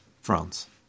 France